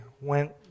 went